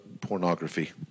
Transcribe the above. pornography